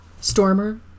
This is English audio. Stormer